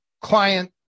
client